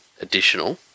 additional